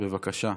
בבקשה.